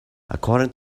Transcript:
according